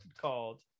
called